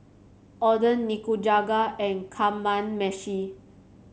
Oden Nikujaga and Kamameshi